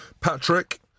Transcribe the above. Patrick